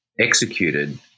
executed